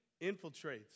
infiltrates